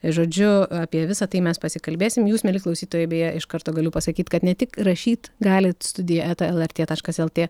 žodžiu apie visa tai mes pasikalbėsime jūs mieli klausytojai beje iš karto galiu pasakyt kad ne tik rašyt galit studija eta lrt taškas lt